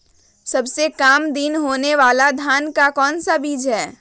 सबसे काम दिन होने वाला धान का कौन सा बीज हैँ?